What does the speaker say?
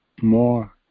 more